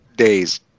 days